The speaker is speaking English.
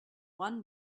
one